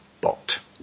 bot